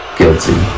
guilty